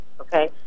Okay